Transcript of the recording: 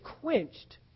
quenched